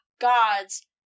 gods